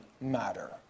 matter